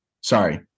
sorry